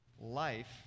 life